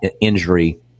injury